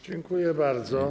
Dziękuję bardzo.